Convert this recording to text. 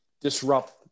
disrupt